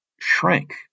shrank